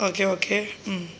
okay okay